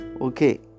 Okay